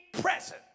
present